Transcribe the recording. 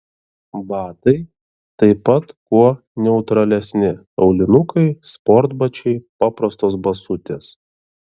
batai taip pat kuo neutralesni aulinukai sportbačiai paprastos basutės